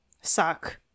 suck